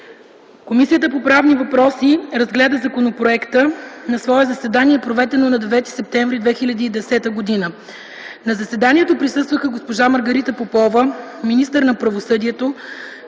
Комисията по правни въпроси разгледа законопроекта на свое заседание, проведено на 9.09.2010 г. На заседанието присъстваха госпожа Маргарита Попова – министър на правосъдието,